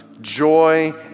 joy